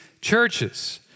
churches